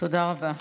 תודה רבה.